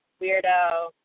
weirdo